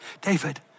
David